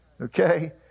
Okay